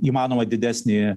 įmanoma didesnį